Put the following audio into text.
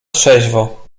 trzeźwo